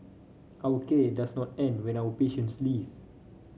our care does not end when our patients leave